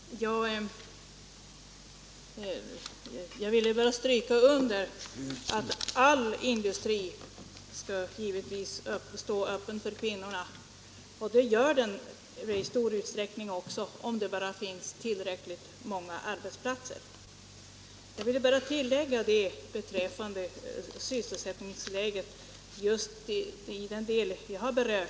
Herr talman! Jag vill bara stryka under att all industri givetvis skall stå öppen för kvinnorna. Det gör den också i stor utsträckning om det bara finns tillräckligt många arbetsplatser.